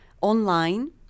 online